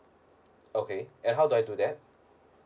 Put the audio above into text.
okay and how do I do that